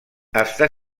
està